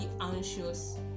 anxious